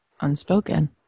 Unspoken